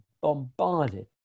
bombarded